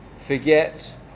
forget